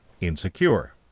insecure